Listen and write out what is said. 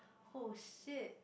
!oh shit!